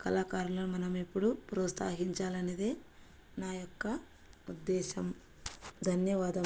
కళాకారులను మనం ఎప్పుడూ ప్రోత్సహించాలి అనేదే నా యొక్క ఉద్దేశం ధన్యవాదము